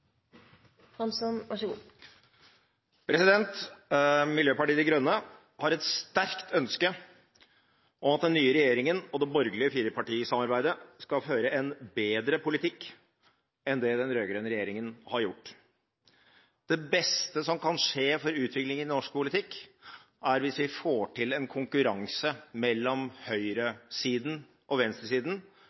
Miljøpartiet De Grønne har et sterkt ønske om at den nye regjeringen og det borgerlige firepartisamarbeidet skal føre en bedre politikk enn det den rød-grønne regjeringen har gjort. Det beste som kan skje for utviklingen i norsk politikk, er hvis vi får til en konkurranse mellom høyresiden og venstresiden